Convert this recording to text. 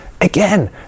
Again